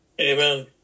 Amen